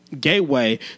gateway